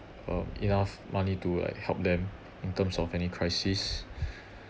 um enough money to like help them in terms of any crisis